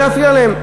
לא יפריע להם,